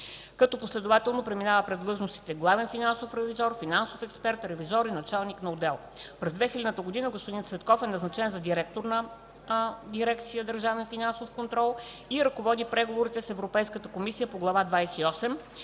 като последователно преминава през длъжностите „главен финансов ревизор”, „финансов експерт”, „ревизор” и „началник на отдел”. През 2000 г. господин Цветков е назначен за директор на дирекция в „Държавен финансов контрол” и ръководи преговорите с Европейската комисия по Глава